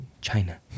China